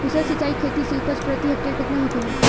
कुशल सिंचाई खेती से उपज प्रति हेक्टेयर केतना होखेला?